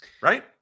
Right